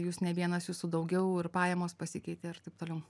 jūs ne vienas jūsų daugiau ir pajamos pasikeitė ir taip toliau